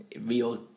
real